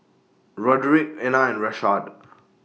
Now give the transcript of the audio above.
Roderic Ena and Rashaad